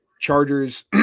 Chargers